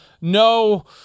no